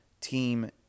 team